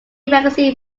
magazine